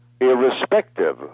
irrespective